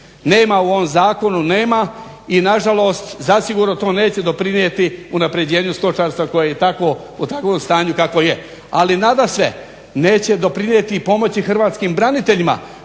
nema u ovom zakonu, nema i nažalost zasigurno to neće doprinijeti unaprjeđenju stočarstva koje je i tako u takvom stanju kakvo je. Ali nadasve, neće doprinijeti i pomoći hrvatskim braniteljima